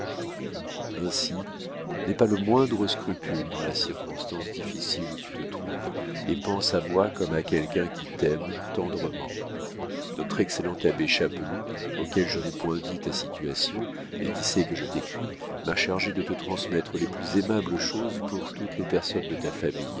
ainsi n'aie pas le moindre scrupule dans la circonstance difficile où tu te trouves et pense à moi comme à quelqu'un qui t'aime tendrement notre excellent abbé chapeloud auquel je n'ai point dit ta situation et qui sait que je t'écris m'a chargé de te transmettre les plus aimables choses pour toutes les personnes de ta famille